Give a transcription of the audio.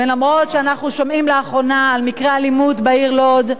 וגם אם אנחנו שומעים לאחרונה על מקרי אלימות בעיר לוד,